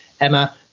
Emma